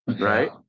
Right